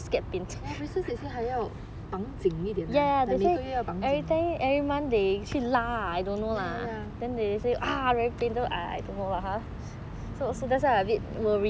braces 也是还要绑紧一点儿 like 每个月要绑紧 ya ya ya